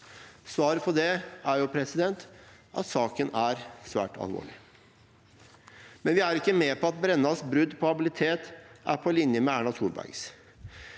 Svaret på det er at saken er svært alvorlig. Vi er ikke med på at Brennas brudd på habilitet er på linje med Erna Solbergs.